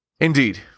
Indeed